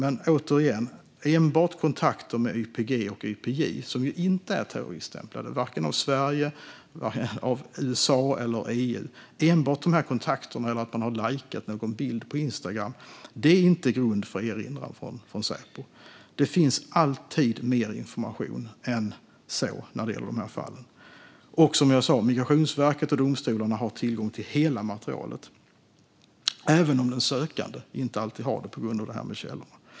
Men jag säger återigen att kontakter med enbart YPG och YPJ, som inte är terroriststämplade av vare sig Sverige, USA eller EU, eller att man har lajkat en bild på Instagram är inte grund för erinran från Säpo. Det finns alltid mer information än så i de fallen. Migrationsverket och domstolarna har tillgång till hela materialet, även om den sökande inte alltid har det på grund av källorna.